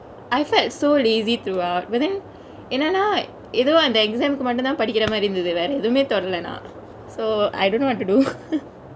I felt so lazy throughout but then என்னனா எதோ அந்த:ennanaa yetho andtha exam கு மட்டுந்தா படிக்கர மாதிரி இருந்துது வேர எதுவுமே தொடல நா:ku mattuthaan padikera mathiri irunthuthu vera ethuvume todele naa so I don't know what to do